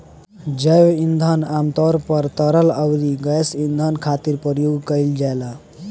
जैव ईंधन आमतौर पर तरल अउरी गैस ईंधन खातिर प्रयोग कईल जाला